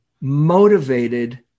motivated